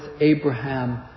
Abraham